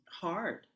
hard